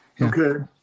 okay